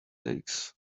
takes